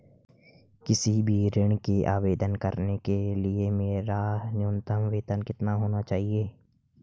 किसी भी ऋण के आवेदन करने के लिए मेरा न्यूनतम वेतन कितना होना चाहिए?